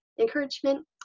encouragement